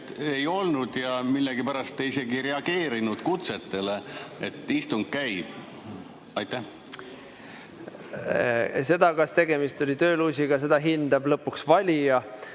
ei olnud ja nad millegipärast isegi ei reageerinud kutsetele, et istung käib. Seda, kas tegemist oli tööluusiga, hindab lõpuks valija.